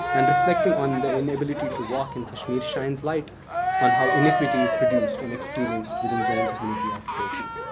and reflecting on the inability to walk in kashmir shines light on how iniquity is produced and experienced within zones of military occupation.